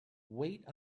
wait